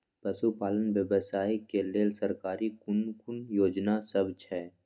पशु पालन व्यवसाय के लेल सरकारी कुन कुन योजना सब छै?